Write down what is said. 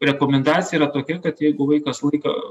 rekomendacija yra tokia kad jeigu vaikas laiką